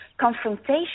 confrontation